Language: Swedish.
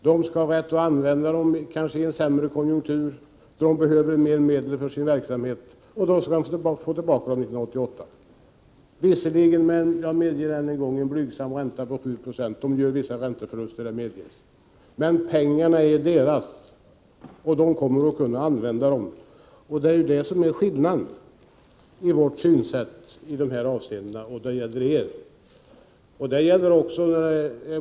De skall ha rätt att använda dem i en sämre konjunktur, då de behöver mer medel för sin verksamhet, och då skall de få tillbaka dem 1988. Visserligen blir det en blygsam ränta på 7 90. De gör alltså vissa ränteförluster, det medges. Men pengarna är deras, och de kommer att kunna använda dem. Där har vi ju skillnaden i synsätt i de här avseendena mellan oss och er.